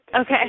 Okay